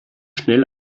schnell